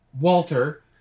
Walter